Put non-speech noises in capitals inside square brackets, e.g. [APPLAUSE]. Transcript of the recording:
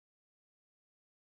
[UNINTELLIGIBLE]